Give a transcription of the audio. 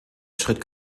schritt